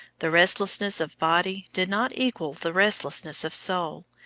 the restlessness of body did not equal the restlessness of soul,